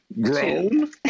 Grown